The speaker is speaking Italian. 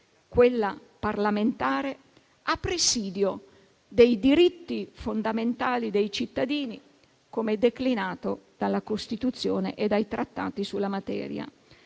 quella parlamentare, a presidio dei diritti fondamentali dei cittadini, come declinato dalla Costituzione e dai trattati sulla materia.